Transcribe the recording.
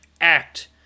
act